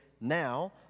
now